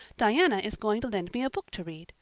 diana is going to lend me a book to read.